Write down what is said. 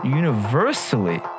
universally